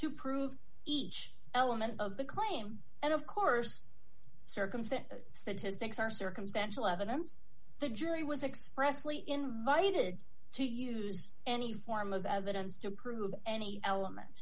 to prove each element of the claim and of course circumstance statistics are circumstantial evidence the jury was expressly invited to used any form of evidence to prove any